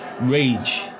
rage